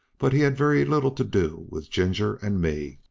but he had very little to do with ginger and me.